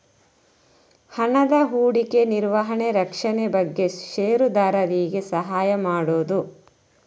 ಹಣದ ಹೂಡಿಕೆ, ನಿರ್ವಹಣೆ, ರಕ್ಷಣೆ ಬಗ್ಗೆ ಷೇರುದಾರರಿಗೆ ಸಹಾಯ ಮಾಡುದು